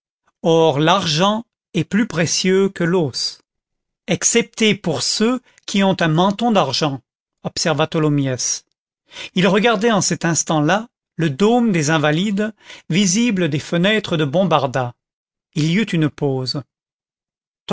or l'argent est plus précieux que l'os excepté pour ceux qui ont un menton d'argent observa tholomyès il regardait en cet instant-là le dôme des invalides visible des fenêtres de bombarda il y eut une pause